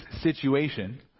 situation